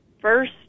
first